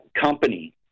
company